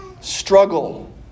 Struggle